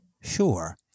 Sure